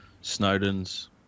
Snowden's